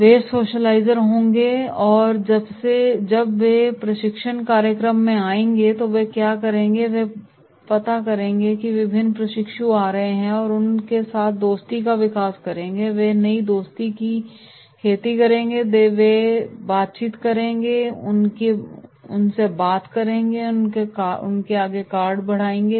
वे socializer होंगे इसलिए जब वे प्रशिक्षण कार्यक्रम में आएंगे तो वे क्या करेंगे और वे पाते हैं कि विभिन्न प्रशिक्षु आ रहे हैं वे उनके साथ दोस्ती का विकास करेंगे और वे नई दोस्ती की खेती करेंगे बातचीत करेंगे उनसे बात करेंगे कार्ड बढ़ाएंगे